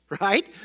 right